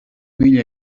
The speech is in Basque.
mila